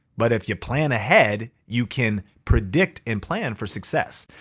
but if you plan ahead, you can predict and plan for success.